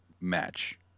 match